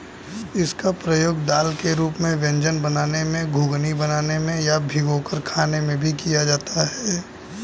इसका प्रयोग दाल के रूप में व्यंजन बनाने में, घुघनी बनाने में या भिगोकर खाने में भी किया जाता है